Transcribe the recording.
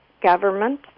government